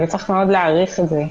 וצריך מאוד להעריך את זה,